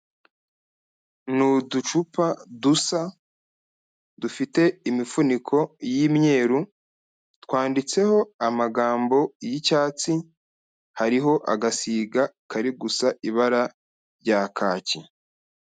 Ni uducupa dusa dufite imifuniko y'imyeru twanditseho amagambo yi'cyatsi hariho agasiga kari gusa ibara rya kacyi.